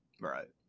Right